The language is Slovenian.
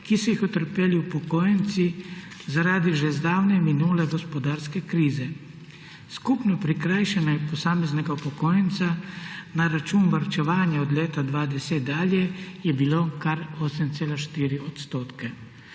ki so jih utrpeli upokojenci zaradi že zdavnaj minule gospodarske krize. Skupno prikrajšanje za posameznega upokojenca na račun varčevanja od leta 2010 dalje je bilo kar 8,4 %.